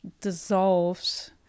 dissolves